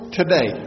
today